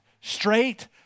straight